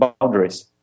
boundaries